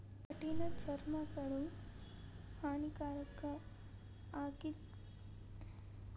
ಕಠಿಣ ಚರ್ಮಿಗಳು, ಹಾನಿಕಾರಕ ಆಲ್ಗೆಗಳು ಮರೈನಗಳಿಗೆ ಉದಾಹರಣೆ